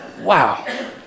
wow